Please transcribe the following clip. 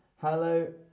Hello